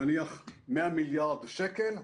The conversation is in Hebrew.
נניח, 100 מיליארד שקל,